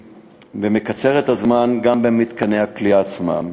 ומקצר את משך הזמן גם במתקני הכליאה עצמם,